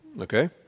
okay